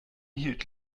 hielt